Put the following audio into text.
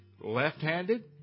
left-handed